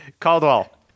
Caldwell